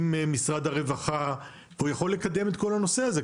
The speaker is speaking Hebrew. עם משרד הרווחה, יכול לקדם את כל הנושא הזה.